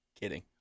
Kidding